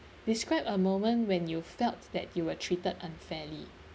describe a moment when you felt that you were treated unfairly